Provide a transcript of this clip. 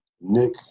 Nick